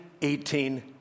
18